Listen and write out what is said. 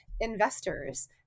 investors